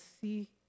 see